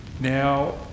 Now